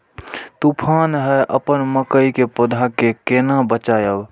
तुफान है अपन मकई के पौधा के केना बचायब?